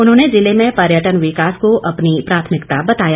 उन्होंने जिले में पर्यटन विकास को अपनी प्राथमिकता बताया